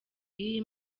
y’iyi